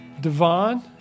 Devon